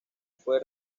fue